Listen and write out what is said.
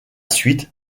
suite